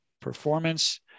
performance